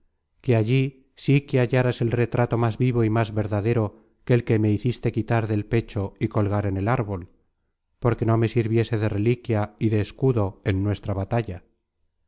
que allí sí que hallaras el retrato más vivo y más verdadero que el que me hiciste quitar del pecho y colgar en el árbol porque no me sirviese de reliquia y de escudo en nuestra batalla